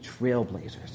trailblazers